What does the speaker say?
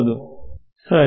ಇದು ಸರಿ